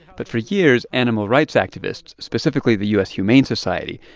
but for years, animal rights activists, specifically the u s. humane society,